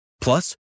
Plus